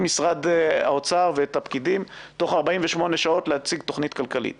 משרד האוצר ואת הפקידים להציג תכנית כלכלית